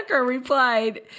replied